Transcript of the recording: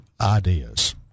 ideas